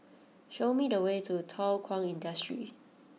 show me the way to Thow Kwang Industry